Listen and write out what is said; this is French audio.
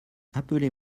appelez